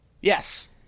Yes